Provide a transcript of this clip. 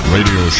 Radio